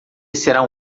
será